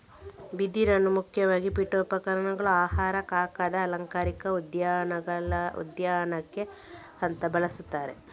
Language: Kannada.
ಬಿದಿರನ್ನ ಮುಖ್ಯವಾಗಿ ಪೀಠೋಪಕರಣಗಳು, ಆಹಾರ, ಕಾಗದ, ಅಲಂಕಾರಿಕ ಉದ್ಯಾನಕ್ಕೆ ಅಂತ ಬಳಸ್ತಾರೆ